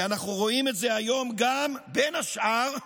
ואנחנו רואים את זה היום גם, בין השאר,